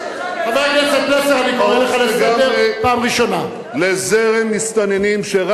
בתקופה שלך גדל מספר המסתננים.